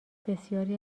بسیاری